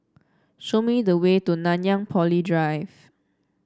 show me the way to Nanyang Poly Drive